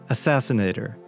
Assassinator